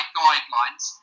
guidelines